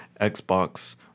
Xbox